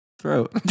throat